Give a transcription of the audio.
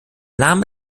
name